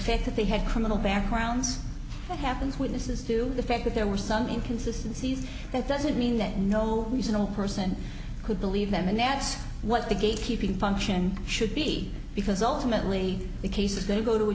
fact that they had criminal backgrounds that happens witnesses to the fact that there were some inconsistency is that doesn't mean that no reasonable person could believe them a gnat's what the gatekeeping function should be because ultimately the case is going to